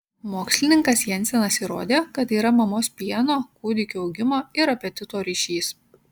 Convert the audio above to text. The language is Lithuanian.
mokslininkas jensenas įrodė kad yra mamos pieno kūdikio augimo ir apetito ryšys